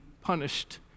punished